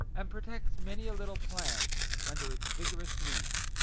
and protects many a little plant under its vigorous leaves.